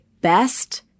best